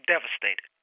devastated